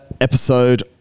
episode